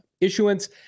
issuance